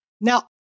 Now